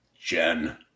Jen